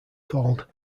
called